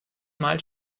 mal